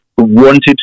Wanted